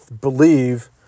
believe